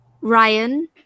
ryan